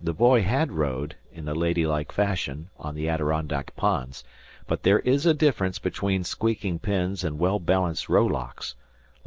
the boy had rowed, in a lady-like fashion, on the adirondack ponds but there is a difference between squeaking pins and well-balanced ruflocks